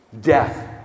death